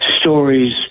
stories